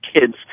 kids